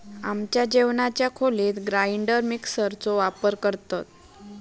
आमच्या जेवणाच्या खोलीत ग्राइंडर मिक्सर चो वापर करतत